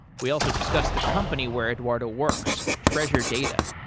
we also discussed the company where eduardo works, treasure data.